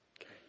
Okay